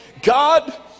God